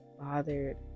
bothered